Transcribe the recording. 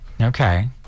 Okay